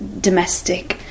domestic